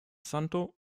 santo